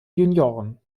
junioren